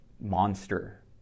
monster